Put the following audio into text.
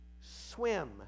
swim